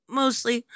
mostly